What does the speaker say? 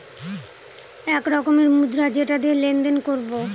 এক রকমের মুদ্রা যেটা দিয়ে লেনদেন করবো